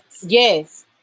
Yes